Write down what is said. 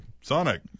Sonic